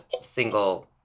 single